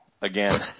again